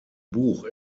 buch